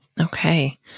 Okay